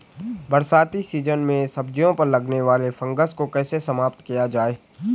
बरसाती सीजन में सब्जियों पर लगने वाले फंगस को कैसे समाप्त किया जाए?